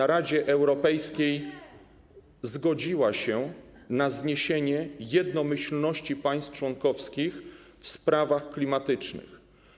w Radzie Europejskiej zgodziła się na zniesienie jednomyślności państw członkowskich w sprawach klimatycznych.